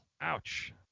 Ouch